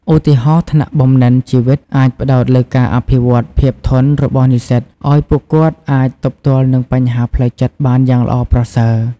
ឧទាហរណ៍ ថ្នាក់បំណិនជីវិតអាចផ្តោតលើការអភិវឌ្ឍន៍ភាពធន់របស់និស្សិតឱ្យពួកគាត់អាចទប់ទល់នឹងបញ្ហាផ្លូវចិត្តបានយ៉ាងល្អប្រសើរ។